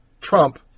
Trump